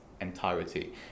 entirety